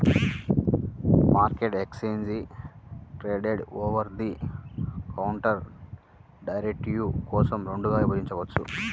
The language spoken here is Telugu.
మార్కెట్ను exchange traded, over the counter డెరివేటివ్ల కోసం రెండుగా విభజించవచ్చు